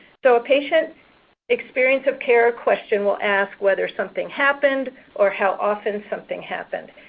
so, a patient experience of care question will ask whether something happened or how often something happened.